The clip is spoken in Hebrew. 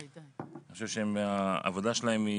אני חושב שהעבודה שלהם,